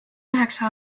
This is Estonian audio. üheksa